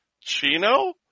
Chino